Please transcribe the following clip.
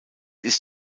ist